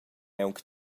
aunc